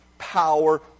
Power